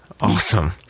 Awesome